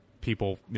people